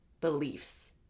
beliefs